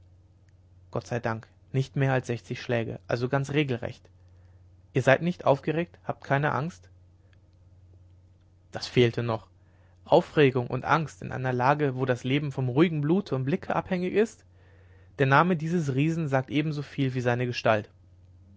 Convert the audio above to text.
gott sei dank nicht mehr als sechzig schläge also ganz regelrecht ihr seid nicht aufgeregt habt keine angst das fehlte noch aufregung und angst in einer lage wo das leben vom ruhigen blute und blicke abhängig ist der name dieses riesen sagt ebensoviel wie seine gestalt